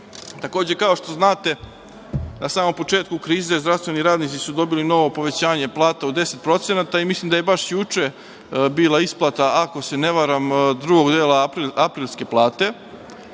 odnos. Takođe, kao što znate, na samom početku krize zdravstveni radnici su dobili novo povećanje plata od 10% i mislim da je baš juče bila isplata, ako se ne varam, drugog dela aprilske plate.